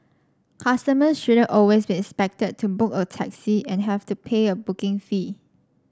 customers shouldn't always be expected to book a taxi and have to pay a booking fee